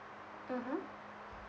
mmhmm